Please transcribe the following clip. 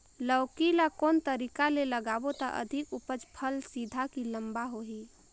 लौकी ल कौन तरीका ले लगाबो त अधिक उपज फल सीधा की लम्बा होही?